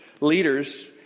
leaders